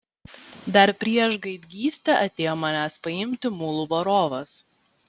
dar prieš gaidgystę atėjo manęs paimti mulų varovas